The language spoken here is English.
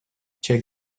check